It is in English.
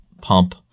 pump